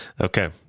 Okay